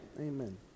Amen